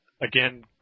again